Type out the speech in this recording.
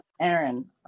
Aaron